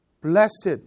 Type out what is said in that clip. blessed